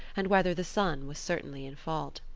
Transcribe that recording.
and whether the son was certainly in fault.